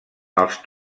els